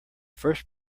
first